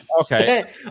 Okay